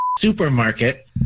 supermarket